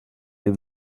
der